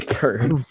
bird